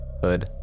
hood